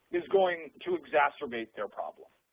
is going to exacerbate their problem,